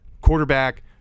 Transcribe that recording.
quarterback